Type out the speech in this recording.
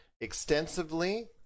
extensively